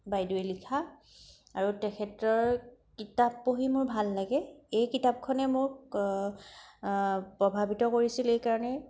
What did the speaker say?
বাইদেৱে লিখা আৰু তেখেতৰ কিতাপ পঢ়ি মোৰ ভাল লাগে এই কিতাপখনে মোক প্ৰভাৱিত কৰিছিল এইকাৰণে